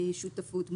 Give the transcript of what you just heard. שותפות מוגבלת.